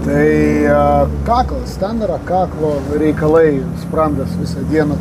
tai kaklas sandara kaklo reikalai sprandas visą dieną